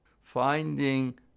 Finding